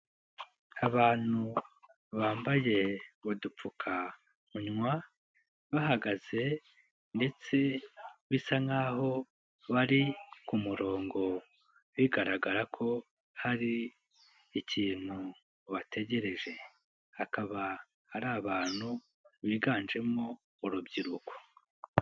Abantu bambaye udupfukamunwa, bahagaze ndetse bisa nk'aho bari ku murongo, bigaragara ko hari ikintu bategereje, hakaba ari abantu biganjemo urubyiruko.